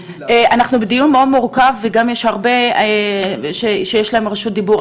אנחנו בדיון מאוד מורכב וגם יש הרבה שיש להם רשות דיבור,